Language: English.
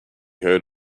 heard